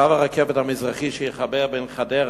קו הרכבת המזרחי שיחבר את חדרה,